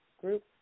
group